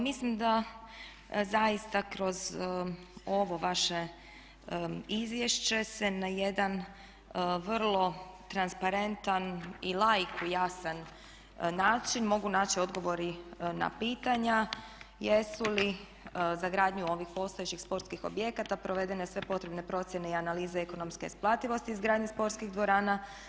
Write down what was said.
Mislim da zaista kroz ovo vaše izvješće se na jedan vrlo transparentan i laiku jasan način mogu naći odgovori na pitanja jesu li za gradnju ovih postojećih sportskih objekata provedene sve potrebne procjene i analize ekonomske isplativosti izgradnje sportskih dvorana.